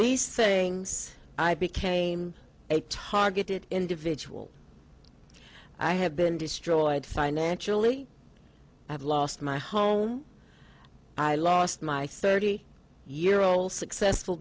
these saying i became a targeted individual i have been destroyed financially i've lost my home i lost my thirty year old successful